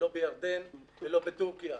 ולא בירדן ולא בטורקיה.